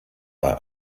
bei